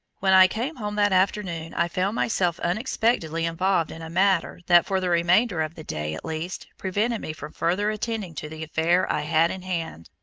when i came home that afternoon i found myself unexpectedly involved in a matter that for the remainder of the day at least, prevented me from further attending to the affair i had in hand.